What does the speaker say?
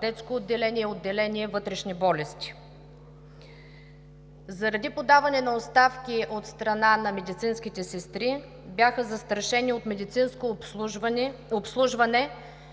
Детско отделение и отделение „Вътрешни болести“. Заради подаване на оставки от страна на медицинските сестри бяха застрашени от медицинско обслужване